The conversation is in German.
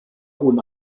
hohen